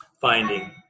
finding